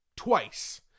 twice